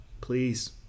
Please